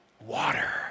Water